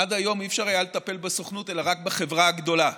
עד היום אי-אפשר היה לטפל בסוכנות אלא רק בחברה הגדולה,